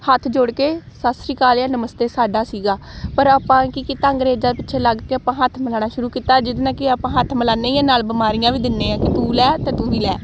ਹੱਥ ਜੋੜ ਕੇ ਸਤਿ ਸ਼੍ਰੀ ਅਕਾਲ ਜਾਂ ਨਮਸਤੇ ਸਾਡਾ ਸੀਗਾ ਪਰ ਆਪਾਂ ਕੀ ਕੀਤਾ ਅੰਗਰੇਜ਼ਾਂ ਪਿੱਛੇ ਲੱਗ ਕੇ ਆਪਾਂ ਹੱਥ ਮਿਲਾਉਣਾ ਸ਼ੁਰੂ ਕੀਤਾ ਜਿਹਦੇ ਨਾਲ ਕਿ ਆਪਾਂ ਹੱਥ ਮਿਲਾਉਂਦੇ ਹੀ ਹਾਂ ਨਾਲ ਬਿਮਾਰੀਆਂ ਵੀ ਦਿੰਦੇ ਹਾਂ ਕਿ ਤੂੰ ਲੈ ਅਤੇ ਤੂੰ ਵੀ ਲੈ